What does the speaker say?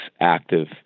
active